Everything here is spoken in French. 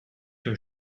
que